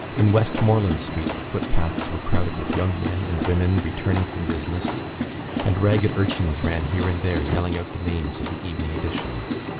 in westmoreland street the footpaths were crowded with young men and women returning from business and ragged urchins ran here and there yelling out the names of the evening editions.